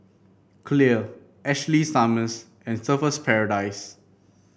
Clear Ashley Summers and Surfer's Paradise